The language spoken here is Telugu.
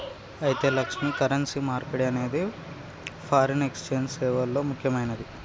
అయితే లక్ష్మి, కరెన్సీ మార్పిడి అనేది ఫారిన్ ఎక్సెంజ్ సేవల్లో ముక్యమైనది